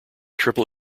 triple